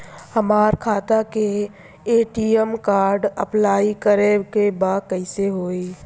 हमार खाता के ए.टी.एम कार्ड अप्लाई करे के बा कैसे होई?